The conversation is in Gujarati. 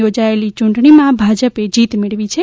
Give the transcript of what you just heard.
યોજાયેલી ચૂંટણીમાં ભાજપે જીત મેળવી છે